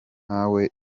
natwe